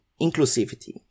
inclusivity